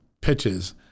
pitches